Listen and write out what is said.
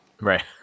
Right